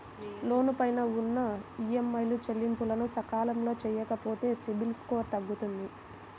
లోను పైన ఉన్న ఈఎంఐల చెల్లింపులను సకాలంలో చెయ్యకపోతే సిబిల్ స్కోరు తగ్గుతుంది